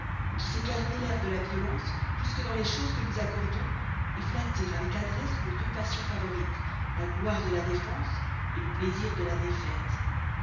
qui sait garder l'air de la violence jusque dans les choses que nous accordons sait flatter avec adresse nos deux passions favorites la gloire de la défense le plaisir de la défaite